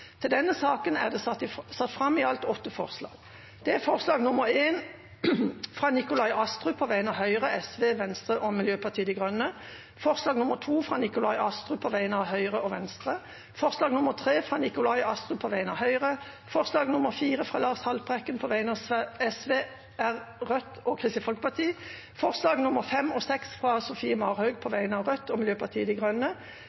til Stortinget å gjøre følgende Under debatten er det satt fram i alt åtte forslag. Det er forslag nr. 1, fra Nikolai Astrup på vegne av Høyre, Sosialistisk Venstreparti, Venstre og Miljøpartiet De Grønne forslag nr. 2, fra Nikolai Astrup på vegne av Høyre og Venstre forslag nr. 3, fra Nikolai Astrup på vegne av Høyre forslag nr. 4, fra Lars Haltbrekken på vegne av Sosialistisk Venstreparti, Rødt og Kristelig Folkeparti forslagene nr. 5 og 6, fra Sofie Marhaug på